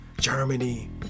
Germany